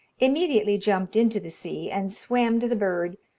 immediately jumped into the sea, and swam to the bird,